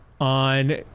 on